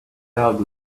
dog